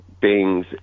beings